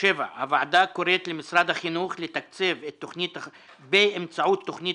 הוועדה קוראת למשרד החינוך לתקצב באמצעות תוכנית